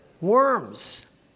Worms